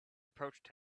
approached